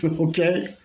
Okay